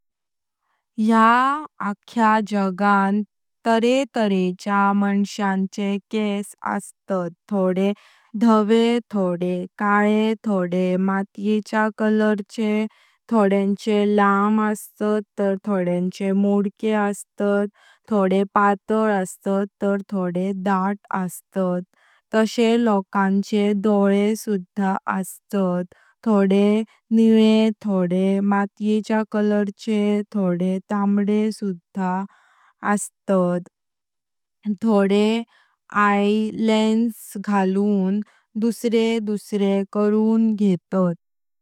या आका जगां तारे तारेचे माणसांचे केस असता थोडे धवे, थोडे काळे थोडे माटयेच्या कलरचे। थोड्यांचे लाम असतात तर थोडे मोडकें असता। थोडे पतळ असतात तर थोडे दाट असतात। तशे लोकांचे डोळे सुधा असतात। थोडे निळे, थोडे माटयेच्या कलरचे थोडे, तांबडे सुधा असतात। थोडे आय लेंस घालून दुसरे दुसरे करून घेतात।